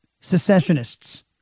secessionists